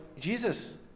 jesus